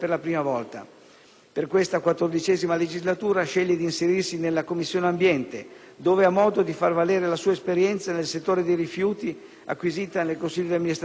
Per questa XIV legislatura sceglie di inserirsi nella Commissione ambiente, dove ha modo di far valere la sua esperienza nel settore dei rifiuti acquisita nel consiglio d'amministrazione dell'AMSA.